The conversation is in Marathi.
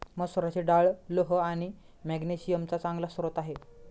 मसुराची डाळ लोह आणि मॅग्नेशिअम चा चांगला स्रोत आहे